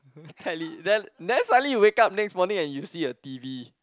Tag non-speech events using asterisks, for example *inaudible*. *laughs* telly then then suddenly you wake up next morning and you see a t_v